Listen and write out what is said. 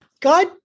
God